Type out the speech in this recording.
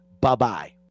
Bye-bye